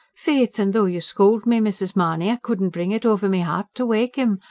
faith and though you scold me, mrs. mahony, i couldn't bring it over me heart to wake him.